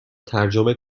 ترجمه